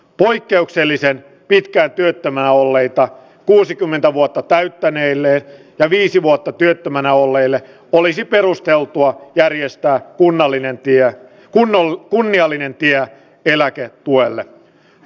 poikkeuksellisen pitkään työttömänä olleita kuusikymmentä vuotta täyttäneille viisi vuotta työttömänä olleelle olisi perusteltua järjestää kunnallinen työ on ollut kunniallinen tie eläkepuolella